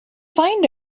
find